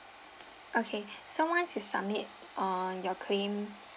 okay so once you submit uh your claim